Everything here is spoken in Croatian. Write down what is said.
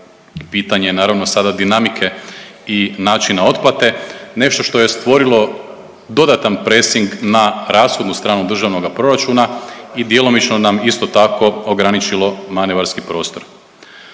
pitanje je naravno sada dinamike i načina otplate nešto što je stvorilo dodatan presing na rashodnu stranu državnog proračuna i djelomično nam isto tako ograničilo manevarski prostor.